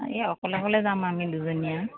এই অকলে অকলে যাম আমি দুইজনীয়ে